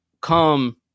come